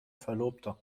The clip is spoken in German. verlobter